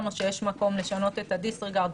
יש היום את תוכנית מעגלי תעסוקה של שירות התעסוקה,